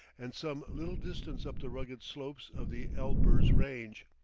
and some little distance up the rugged slopes of the elburz range,